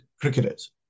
cricketers